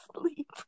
sleep